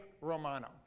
Romano